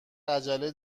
عجله